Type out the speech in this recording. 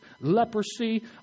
leprosy